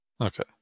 okay